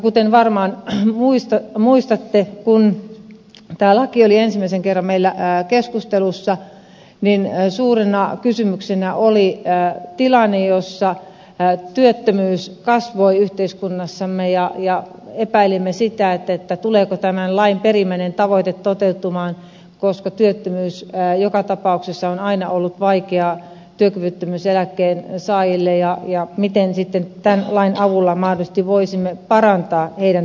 kuten varmaan muistatte kun tämä laki oli ensimmäisen kerran meillä keskustelussa niin suurena kysymyksenä oli tilanne jossa työttömyys kasvaa yhteiskunnassamme ja epäilimme sitä tuleeko tämän lain perimmäinen tavoite toteutumaan koska työttömyys joka tapauksessa on aina ollut vaikea työkyvyttömyyseläkkeen saajille ja miten sitten tämän lain avulla voisimme mahdollisesti parantaa heidän työhön paluutaan